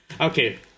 Okay